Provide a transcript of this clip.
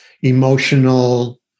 emotional